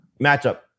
matchup